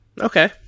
Okay